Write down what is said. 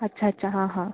अच्छा अच्छा हां हां